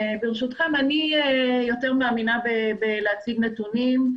ברשותכם, אני מאמינה יותר בהצגת נתונים.